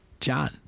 John